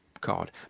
card